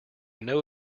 know